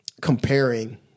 comparing